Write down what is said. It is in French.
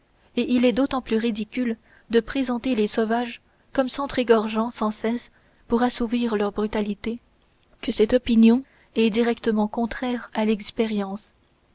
et il est d'autant plus ridicule de représenter les sauvages comme s'entr'égorgeant sans cesse pour assouvir leur brutalité que cette opinion est directement contraire à l'expérience